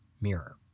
Mirror